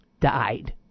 died